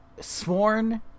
sworn